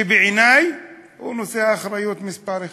שבעיני הוא הנושא באחריות מספר אחת.